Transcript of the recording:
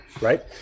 Right